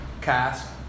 cast